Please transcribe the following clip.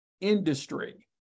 industry